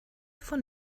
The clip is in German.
von